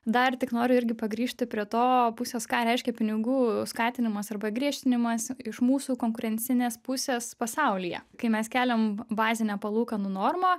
dar tik noriu irgi pagrįžti prie to pusės ką reiškia pinigų skatinimas arba griežtinimas iš mūsų konkurencinės pusės pasaulyje kai mes keliam bazinę palūkanų normą